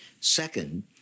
Second